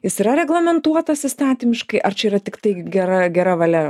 jis yra reglamentuotas įstatymiškai ar čia yra tiktai gera gera valia